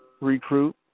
recruit